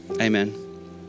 Amen